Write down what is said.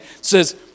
says